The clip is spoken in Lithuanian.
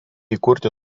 įkurti